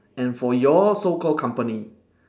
and for your so called company